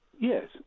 Yes